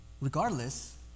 Regardless